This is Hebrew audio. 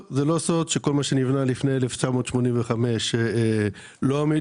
זה לא סוד שכל מה שנבנה לפני 1985 לא עמיד